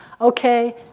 Okay